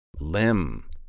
Limb